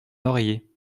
oreiller